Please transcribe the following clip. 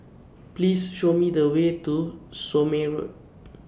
Please Show Me The Way to Somme Road